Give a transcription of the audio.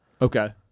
Okay